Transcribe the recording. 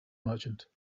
merchant